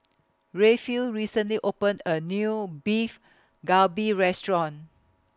Rayfield recently opened A New Beef Galbi Restaurant